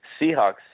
Seahawks